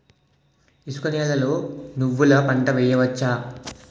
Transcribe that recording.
ఇసుక నేలలో నువ్వుల పంట వేయవచ్చా?